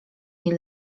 jej